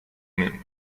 miem